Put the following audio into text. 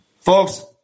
Folks